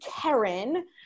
Karen